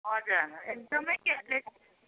हजुर एकदमै केयरलेस